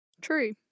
True